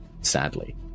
Sadly